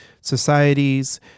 societies